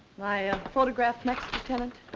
my photograph next, lieutenant?